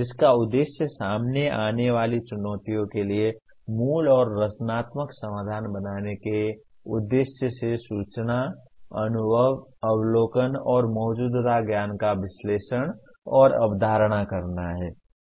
जिसका उद्देश्य सामने आने वाली चुनौतियों के लिए मूल और रचनात्मक समाधान बनाने के उद्देश्य से सूचना अनुभव अवलोकन और मौजूदा ज्ञान का विश्लेषण और अवधारणा करना है